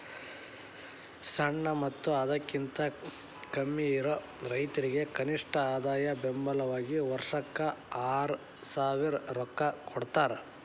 ಸಣ್ಣ ಮತ್ತ ಅದಕಿಂತ ಕಡ್ಮಿಯಿರು ರೈತರಿಗೆ ಕನಿಷ್ಠ ಆದಾಯ ಬೆಂಬಲ ವಾಗಿ ವರ್ಷಕ್ಕ ಆರಸಾವಿರ ರೊಕ್ಕಾ ಕೊಡತಾರ